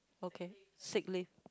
okay sick leave